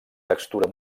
textura